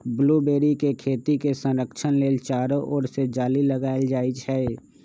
blueberry के खेती के संरक्षण लेल चारो ओर से जाली लगाएल जाइ छै